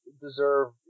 deserve